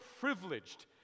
privileged